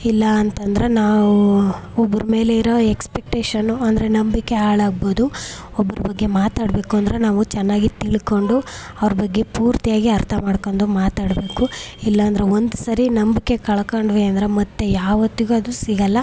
ಇಲ್ಲಾ ಅಂತಂದರೆ ನಾವು ಒಬ್ರ ಮೇಲೆ ಇರೋ ಎಕ್ಸ್ಪೆಕ್ಟೇಷನು ಅಂದರೆ ನಂಬಿಕೆ ಹಾಳಾಗ್ಬೋದು ಒಬ್ರ ಬಗ್ಗೆ ಮಾತಾಡಬೇಕು ಅಂದರೆ ನಾವು ಚೆನ್ನಾಗಿ ತಿಳ್ಕೊಂಡು ಅವ್ರ ಬಗ್ಗೆ ಪೂರ್ತಿಯಾಗಿ ಅರ್ಥ ಮಾಡ್ಕಂಡು ಮಾತಾಡಬೇಕು ಇಲ್ಲ ಅಂದರೆ ಒಂದು ಸರಿ ನಂಬಿಕೆ ಕಳಕೊಂಡ್ವಿ ಅಂದರೆ ಮತ್ತೆ ಯಾವತ್ತಿಗೂ ಅದು ಸಿಗಲ್ಲ